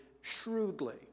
shrewdly